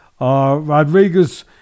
Rodriguez